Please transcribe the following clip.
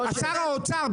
שר האוצר,